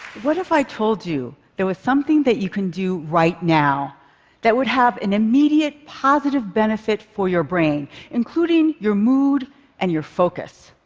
what if i told you there was something that you can do right now that would have an immediate, positive benefit for your brain including your mood and your focus?